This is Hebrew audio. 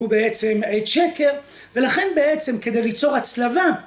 הוא בעצם צ'קר ולכן בעצם כדי ליצור הצלבה